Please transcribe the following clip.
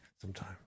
sometime